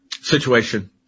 situation